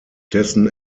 dessen